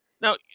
Now